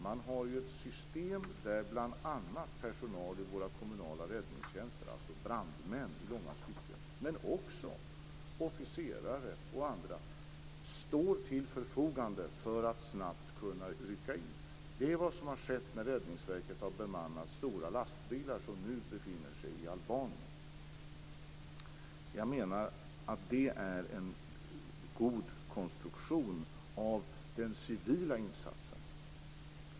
Man har ett system där bl.a. personal i våra kommunala räddningstjänster - i långa stycken brandmän - men också officerare och andra står till förfogande för att snabbt kunna rycka in. Det är vad som har skett när Räddningsverket har bemannat stora lastbilar som nu befinner sig i Albanien. Jag menar att det är en god konstruktion av den civila insatsen.